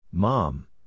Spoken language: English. Mom